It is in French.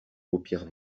paupières